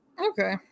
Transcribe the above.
Okay